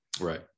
Right